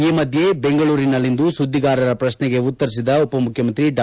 ಈ ಮಧ್ಯೆ ಬೆಂಗಳೂರಿನಲ್ಲಿಂದು ಸುದ್ಗಿಗಾರರ ಪ್ರಶೈಗಳಿಗೆ ಉತ್ತರಿಸಿದ ಉಪಮುಖ್ಯಮಂತ್ರಿ ಡಾ